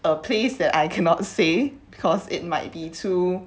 a place that I cannot say because it might be too